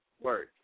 work